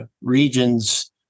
regions